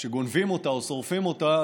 כשגונבים אותה או שורפים אותה,